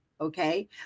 Okay